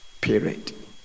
Period